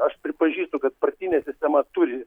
aš pripažįstu kad partinė sistema turi